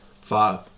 five